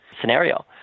scenario